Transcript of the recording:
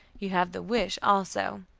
you have the wish also.